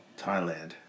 Thailand